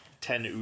Ten